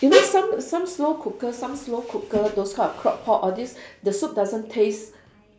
you know some some slow cooker some slow cooker those kind of crock-pot all this the soup doesn't taste